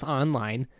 online